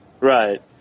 Right